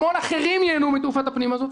אחרים רבים ייהנו מתעופת הפנים הזאת,